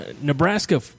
Nebraska